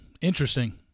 Interesting